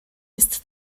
ist